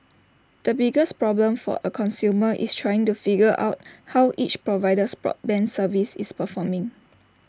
the biggest problem for A consumer is trying to figure out how each provider's broadband service is performing